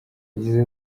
yagize